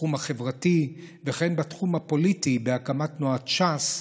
בתחום החברתי וכן בתחום הפוליטי, בהקמת תנועת ש"ס,